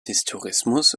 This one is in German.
historismus